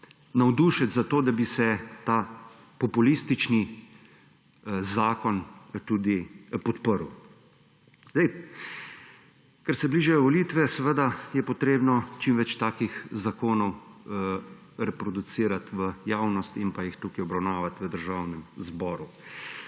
navdušiti za to, da bi se ta populistični zakon tudi podprl. Ker se bližajo volitve, seveda je potrebno čim več takih zakonov reproducirati v javnost in pa jih tukaj obravnavati v Državnem zboru.